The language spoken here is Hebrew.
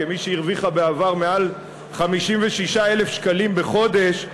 כמי שהרוויחה בעבר מעל 56,000 שקלים בחודש,